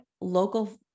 local